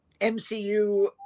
MCU